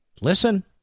listen